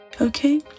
okay